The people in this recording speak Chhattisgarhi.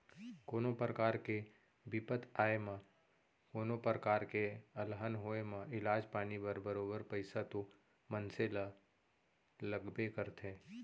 कोनो परकार के बिपत आए म कोनों प्रकार के अलहन होय म इलाज पानी बर बरोबर पइसा तो मनसे ल लगबे करथे